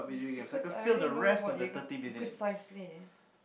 because I already know what you gonna you precisely